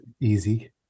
easy